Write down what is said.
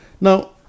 Now